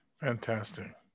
Fantastic